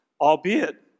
albeit